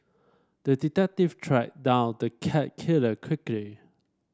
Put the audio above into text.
the detective tracked down the cat killer quickly